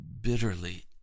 bitterly